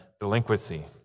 delinquency